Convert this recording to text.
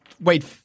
Wait